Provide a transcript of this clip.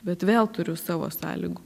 bet vėl turiu savo sąlygų